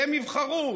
והם יבחרו.